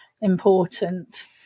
important